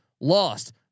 lost